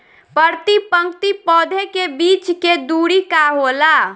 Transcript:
प्रति पंक्ति पौधे के बीच के दुरी का होला?